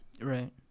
right